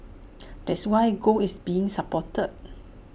that's why gold is being supported